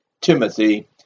Timothy